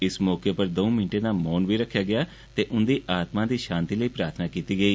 इस मौके दंऊ मिन्टें दा मौन रक्खेआ गेआ ते उन्दी आत्मा दी शांति लेई प्रार्थना बी कीती गेई